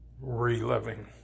reliving